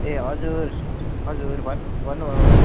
ए हजुर हजुर भन्नुहोस्